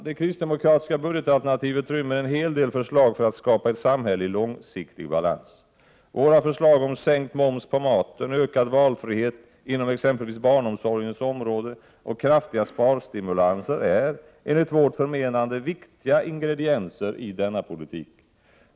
Det kristdemokratiska budgetalternativet rymmer en hel del förslag för att skapa ett samhälle i långsiktig balans. Våra förslag om sänkt moms på maten, ökad valfrihet inom exempelvis barnomsorgens område och kraftiga sparstimulanser är, enligt vårt förmenande, viktiga ingredienser i denna politik.